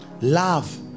love